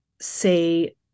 say